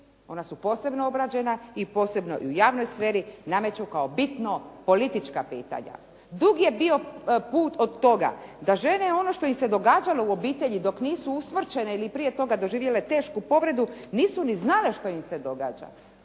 ona su posebno obrađena i posebno i u javnoj sferi nameću kao bitno politička pitanja. Dug je bio put od toga da žene ono što im se događalo u obitelji dok nisu usmrćene ili prije toga doživjele tešku povredu, nisu ni znale što im se događa.